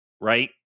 Right